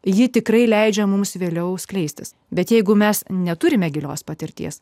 ji tikrai leidžia mums vėliau skleistis bet jeigu mes neturime gilios patirties